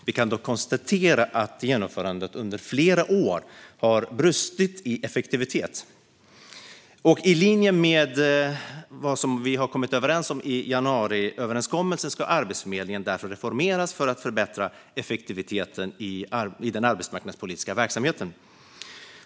Vi kan dock konstatera att genomförandet under flera år har brustit i effektivitet. I linje med vad vi har kommit överens om i januariöverenskommelsen ska Arbetsförmedlingen därför reformeras för att förbättra effektiviteten i den arbetsmarknadspolitiska verksamheten.